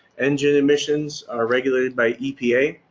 engine emissions are regulated by epa,